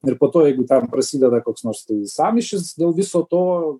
ir po to jeigu ten prasideda koks nors sąmyšis dėl viso to